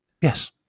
Yes